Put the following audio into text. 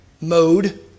mode